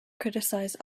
criticize